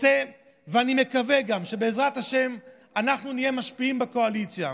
רוצה וגם מקווה שבעזרת השם אנחנו נהיה משפיעים בקואליציה,